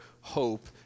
hope